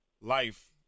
life